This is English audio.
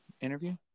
interview